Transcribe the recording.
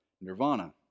nirvana